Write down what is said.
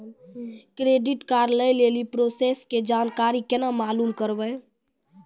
Credit card लय लेली process के जानकारी केना मालूम करबै?